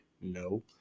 No